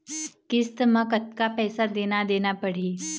किस्त म कतका पैसा देना देना पड़ही?